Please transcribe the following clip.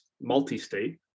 multi-state